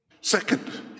Second